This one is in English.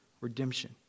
Redemption